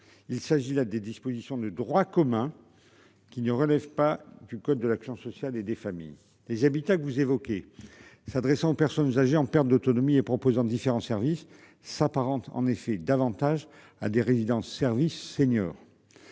Il s'agit là des dispositions de droit commun. Qui ne relèvent pas du code de l'action sociale et des familles les habitats que vous évoquez. S'adressant aux personnes âgées en perte d'autonomie et proposant différents services s'apparente en effet davantage à des résidences services seniors.